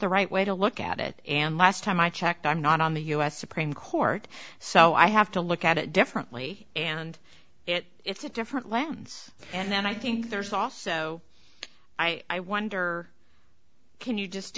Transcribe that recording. the right way to look at it and last time i checked i'm not on the u s supreme court so i have to look at it differently and it it's a different lens and i think there's also i wonder can you just